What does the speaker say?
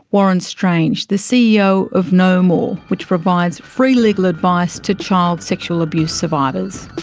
warren strange, the ceo of know more, which provides free legal advice to child sexual abuse survivors.